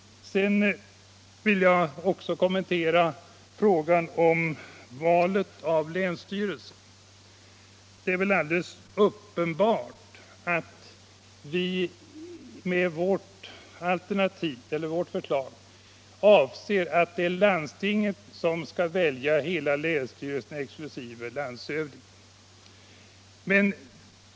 Sedan vill jag också kommentera frågan om valet av länsstyrelse. Det är väl alldeles uppenbart att vi med vårt förslag avser att låta landstinget Nr 136 välja hela länsstyrelsen exklusive landshövdingen.